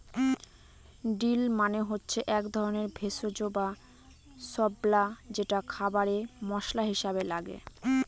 deal মানে হচ্ছে এক ধরনের ভেষজ বা স্বল্পা যেটা খাবারে মশলা হিসাবে লাগে